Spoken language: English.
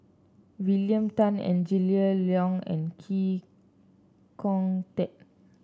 William Tan Angela Liong and Chee Kong Tet